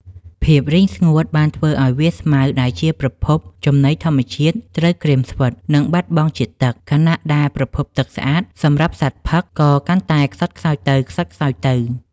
ភាពរីងស្ងួតបានធ្វើឱ្យវាលស្មៅដែលជាប្រភពចំណីធម្មជាតិត្រូវក្រៀមស្វិត និងបាត់បង់ជាតិទឹក ខណៈដែលប្រភពទឹកស្អាតសម្រាប់សត្វផឹកក៏កាន់តែខ្សត់ខ្សោយទៅៗ។